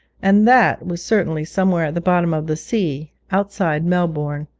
and that was certainly somewhere at the bottom of the sea, outside melbourne,